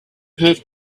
have